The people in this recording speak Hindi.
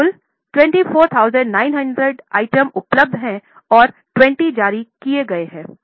तो कुल 24900 आइटम उपलब्ध हैं और 20 जारी किए गए हैं